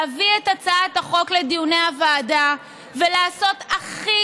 להביא את הצעת החוק לדיוני הוועדה ולעשות הכי